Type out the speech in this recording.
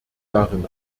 darin